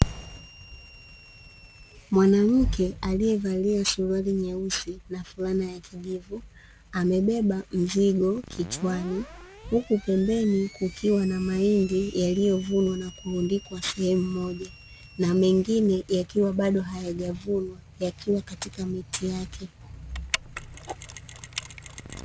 Mwanamke aliye valia suruali nyeusi na fulana ya kijivu, amebeba mzigo kichwani huku pembeni kukiwa na mahindi yaliyo vunwa na kurundikwa sehemu moja na mengine yakiwa bado hayajavunwa yakiwa katika miti yake.